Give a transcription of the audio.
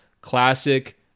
classic